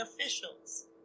officials